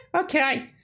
Okay